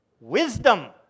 Wisdom